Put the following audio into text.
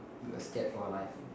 we were scared for our life